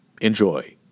Enjoy